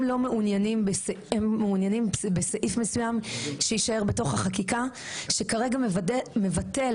מעוניינים בסעיף מסוים שיישאר בתוך החקיקה שכרגע מבטל